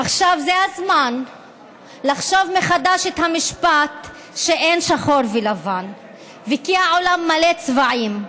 עכשיו זה הזמן לחשוב מחדש על המשפט שאין שחור ולבן וכי העולם מלא צבעים,